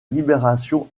libération